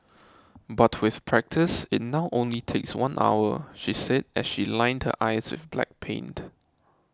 but with practice it now only takes one hour she said as she lined her eyes with black paint